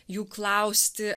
jų klausti